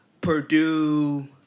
Purdue